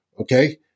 Okay